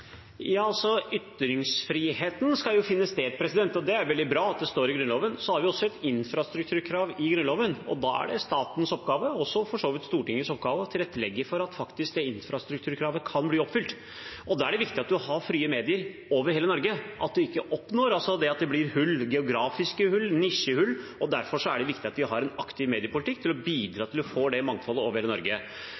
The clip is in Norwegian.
skal finne sted, og det er veldig bra at det står i Grunnloven. Så har vi også et infrastrukturkrav i Grunnloven, og da er det statens oppgave, og for så vidt også Stortingets oppgave, å tilrettelegge for at det infrastrukturkravet faktisk kan bli oppfylt. Da er det viktig at man har frie medier over hele Norge, at man ikke oppnår at det blir hull, geografiske hull, nisjehull. Derfor er det viktig at vi har en aktiv mediepolitikk, for å bidra